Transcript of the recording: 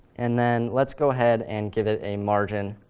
and then let's go ahead and give it a margin